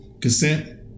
Consent